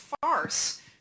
farce